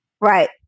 Right